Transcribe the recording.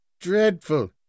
dreadful